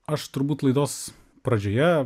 aš turbūt laidos pradžioje